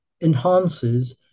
enhances